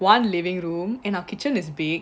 one living room and our kitchen is big